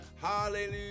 Hallelujah